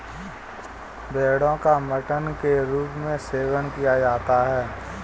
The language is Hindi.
भेड़ो का मटन के रूप में सेवन किया जाता है